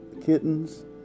kittens